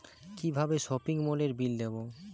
কিভাবে সপিং মলের বিল দেবো?